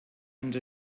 ens